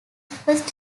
first